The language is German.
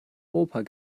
oper